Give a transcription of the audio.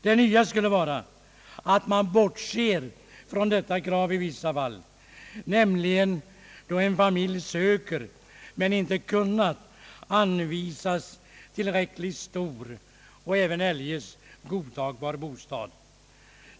Det nya skulle vara att man bortser från detta krav i vissa fall, nämligen då en familj sökt men inte kunnat anvisas tillräckligt stor och även eljest godtagbar bostad.